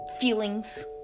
feelings